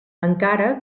encara